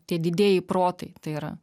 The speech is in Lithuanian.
tie didieji protai tai yra